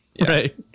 Right